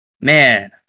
man